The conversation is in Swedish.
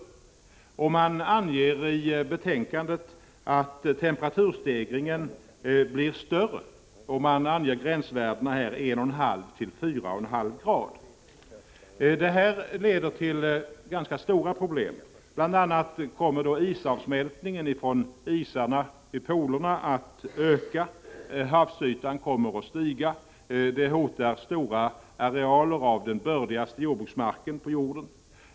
Man anger i betänkandet att temperaturstegringen blir större och nämner gränsvärdena 1,5-4,5 grader. Detta leder till ganska stora problem. Bl. a. kommer isavsmältningen vid polerna att öka och havsytan att stiga. Det hotar stora arealer av den bördigaste jordbruksmarken på jorden.